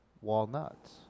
walnuts